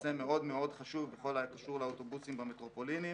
נושא מאוד מאוד חשוב בכל הקשור לאוטובוסים במטרופולינים.